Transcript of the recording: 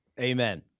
Amen